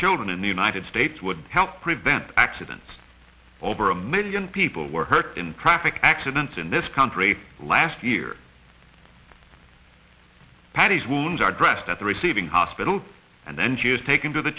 children in the united states would help prevent accidents over a million people were hurt in traffic accidents in this country last year patty's wounds are dressed at the receiving hospital and then she is taken to the